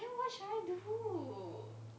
then what should I do